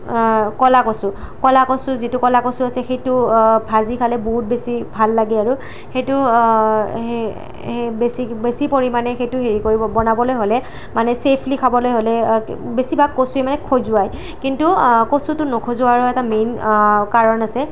কলা কচু কলা কচু যিটো কলা কচু আছে সেইটো ভাজি খালে বহুত বেছি ভাল লাগে আৰু সেইটো বেছি বেছি পৰিমাণে সেইটো হেৰি কৰিব বনাবলৈ হ'লে মানে ছেফলি খাবলৈ হ'লে বেছিভাগ কচুৱে মানে খজুৱাই কিন্তু কচুটো নখজুৱাৰ এটা মেইন কাৰণ আছে